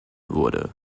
wurde